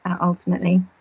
ultimately